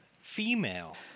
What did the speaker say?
female